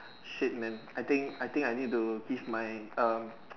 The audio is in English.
shit man I think I think I need to give my um